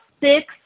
six